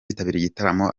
igitaramo